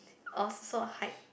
I was so hype